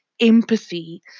empathy